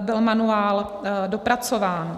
byl manuál dopracován.